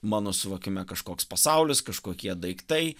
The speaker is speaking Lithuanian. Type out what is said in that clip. mano suvokime kažkoks pasaulis kažkokie daiktai